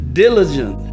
diligent